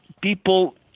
people